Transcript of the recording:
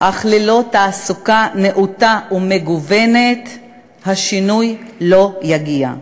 אך ללא תעסוקה נאותה ומגוונת השינוי לא יגיע.